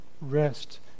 rest